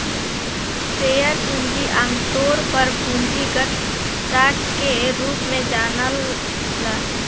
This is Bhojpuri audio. शेयर पूंजी आमतौर पर पूंजीगत स्टॉक के रूप में जनाला